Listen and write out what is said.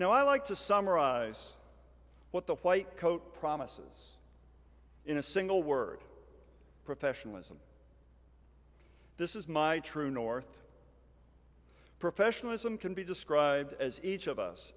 now i like to summarize what the white coat promises in a single word professionalism this is my true north professionalism can be described as each of us